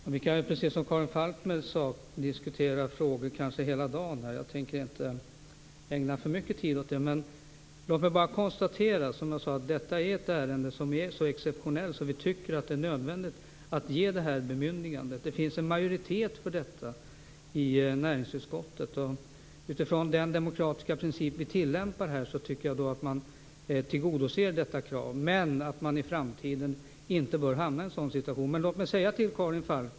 Fru talman! Vi kan, precis som Karin Falkmer sade, kanske diskutera vissa frågor hela dagen här. Jag tänker inte ägna för mycket tid åt det. Låt mig bara konstatera att detta, som jag sagt, är ett så exceptionellt ärende att vi tycker att det är nödvändigt att ge det här bemyndigandet. Det finns en majoritet för detta i näringsutskottet. Jag tycker därför att vi tillämpar en demokratisk princip. Men vi bör i framtiden inte hamna i en sådan här situation.